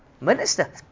minister